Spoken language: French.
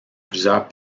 plusieurs